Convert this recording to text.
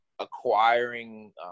acquiring